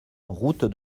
route